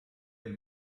être